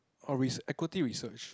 or resear~ equity research